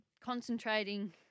concentrating